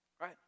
right